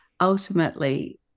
ultimately